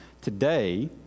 Today